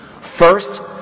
First